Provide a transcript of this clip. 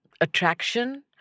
Attraction